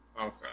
Okay